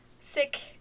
sick